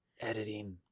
Editing